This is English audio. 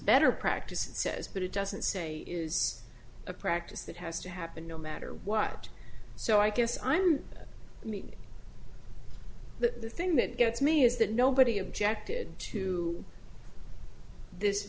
better practice and says but it doesn't say is a practice that has to happen no matter what so i guess i'm meaning the thing that gets me is that nobody objected to this